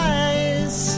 eyes